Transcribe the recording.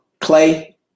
Clay